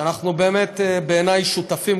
ואנחנו באמת, בעיני, שותפים.